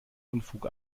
unfug